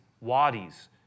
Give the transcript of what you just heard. wadis